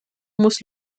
muss